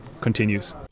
continues